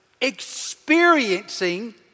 experiencing